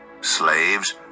Slaves